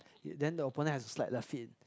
then the opponent has to slide their feet